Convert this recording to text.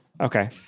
Okay